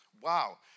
Wow